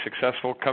successful